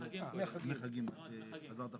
חזרת אחורה.